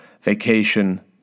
vacation